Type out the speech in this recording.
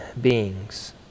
beings